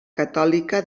catòlica